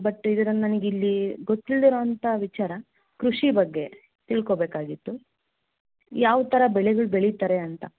but ಇದ್ರಲ್ಲಿ ನನಗಿಲ್ಲಿ ಗೊತ್ತಿಲ್ಲದೆ ಇರುವಂಥ ವಿಚಾರ ಕೃಷಿ ಬಗ್ಗೆ ತಿಳ್ಕೊಬೇಕಾಗಿತ್ತು ಯಾವ ಥರ ಬೆಳೆಗಳು ಬೆಳೀತಾರೆ ಅಂತ